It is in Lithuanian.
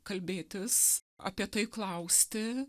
kalbėtis apie tai klausti